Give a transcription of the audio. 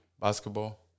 basketball